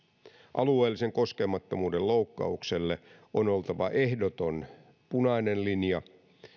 alueellisen koskemattomuuden loukkaukselle on oltava ehdoton punainen linja